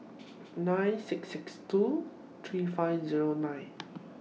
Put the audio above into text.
nine six six two three five Zero nine